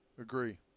Agree